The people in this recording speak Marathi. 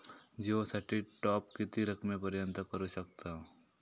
जिओ साठी टॉप किती रकमेपर्यंत करू शकतव?